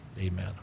Amen